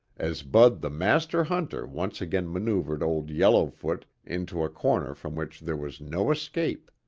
as bud the master hunter once again maneuvered old yellowfoot into a corner from which there was no escape.